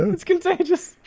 and it's contagious.